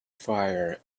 fire